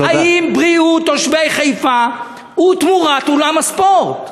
האם בריאות תושבי חיפה היא תמורת אולם הספורט?